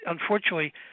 unfortunately